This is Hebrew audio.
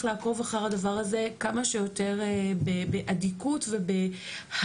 לעקוב אחר הדבר הזה כמה שיותר באדיקות ובהידוק.